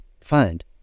find